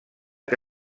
que